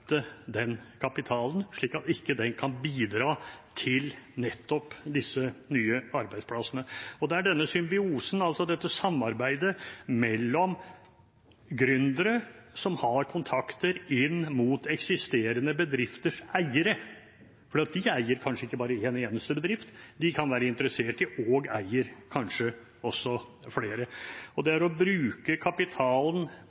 den kapitalen slik at den ikke kan bidra til nettopp disse nye arbeidsplassene. Det er denne symbiosen, altså dette samarbeidet mellom gründere som har kontakter inn mot eksisterende bedrifters eiere. De eier kanskje ikke bare én eneste bedrift. De kan være interessert i, og eier kanskje også, flere. Det er å bruke kapitalen effektivt inn mot noe nytt, inn mot det